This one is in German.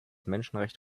menschenrecht